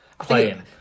playing